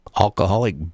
alcoholic